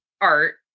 art